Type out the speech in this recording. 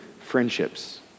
friendships